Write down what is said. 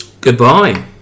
Goodbye